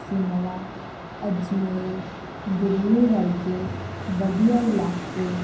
ਸਿਮਲਾ ਅਜਮੇਰ ਦਿੱਲੀ ਵਰਗੇ ਵਧੀਆ ਇਲਾਕੇ